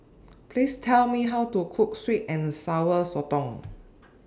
Please Tell Me How to Cook Sweet and Sour Sotong